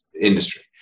industry